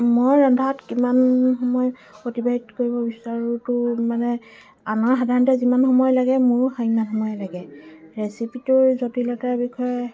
মই ৰন্ধাত কিমান সময় অতিবাহিত কৰিব বিচাৰোটো মানে আনৰ সাধাৰণতে যিমান সময় লাগে মোৰো সিমান সময়ে লাগে ৰেচিপিটোৰ জতিলতাৰ বিষয়ে